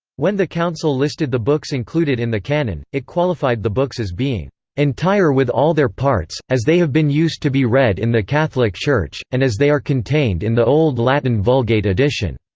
when the council listed the books included in the canon, it qualified the books as being entire with all their parts, as they have been used to be read in the catholic church, and as they are contained in the old latin vulgate edition.